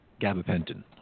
gabapentin